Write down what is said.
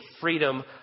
freedom